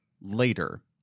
later